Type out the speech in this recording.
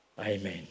Amen